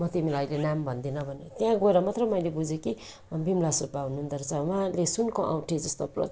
म तिमीलाई अहिले नाम भन्दिनँ भनेर त्यहाँ गएर मात्रै मैले बुझेँ कि बिमला सुब्बा हुनुहुँदो रहेछ उहाँले सुनको औँठीजस्तो